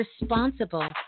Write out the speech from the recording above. responsible